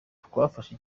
twafashe